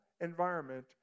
environment